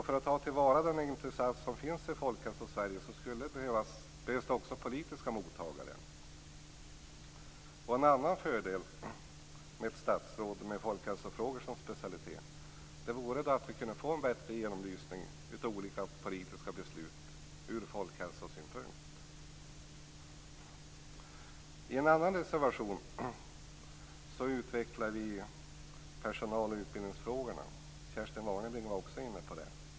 För att ta till vara det intresse som finns i Folkhälsosverige behövs det också politiska mottagare. En annan fördel med ett statsråd med folkhälsofrågor som specialitet vore att vi kunde få en bättre genomlysning av olika politiska beslut ur folkhälsosynpunkt. I en annan reservation utvecklar vi personal och utbildningsfrågorna. Kerstin Warnerbring tog också upp dem.